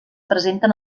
presenten